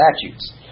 statutes